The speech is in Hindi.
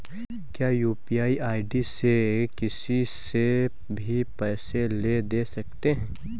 क्या यू.पी.आई आई.डी से किसी से भी पैसे ले दे सकते हैं?